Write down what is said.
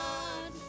God